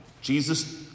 Jesus